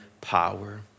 power